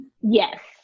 yes